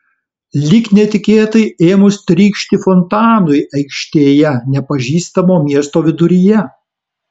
lyg netikėtai ėmus trykšti fontanui aikštėje nepažįstamo miesto viduryje